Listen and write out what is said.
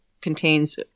contains